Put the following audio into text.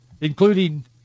including